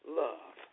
love